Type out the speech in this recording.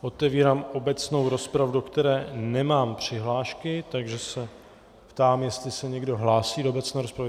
Otevírám obecnou rozpravu, do které nemám přihlášky, takže se ptám, jestli se někdo hlásí do obecné rozpravy.